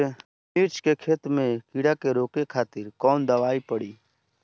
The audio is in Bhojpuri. मिर्च के फसल में कीड़ा के रोके खातिर कौन दवाई पड़ी?